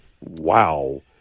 wow